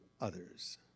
others